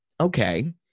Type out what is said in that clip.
okay